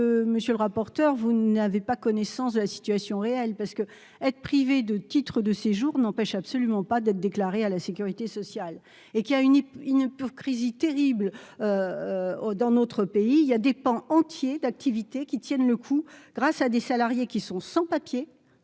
monsieur le rapporteur, vous n'avait pas connaissance de la situation réelle parce que être privé de titre de séjour n'empêche absolument pas d'être déclaré à la sécurité sociale et qui a, il ne peut Crisis terrible dans notre pays, il y a des pans entiers d'activités qui tiennent le coup grâce à des salariés qui sont sans papiers,